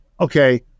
Okay